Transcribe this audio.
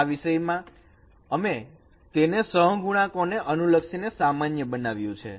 આ વિષય માં અમે તેને સહગુણાંકોને અનુલક્ષીને સામાન્ય બનાવ્યું છે